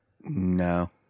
No